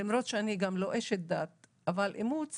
למרות שאני לא אשת דת, אבל באימוץ